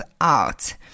out